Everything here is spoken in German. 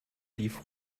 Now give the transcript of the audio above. lief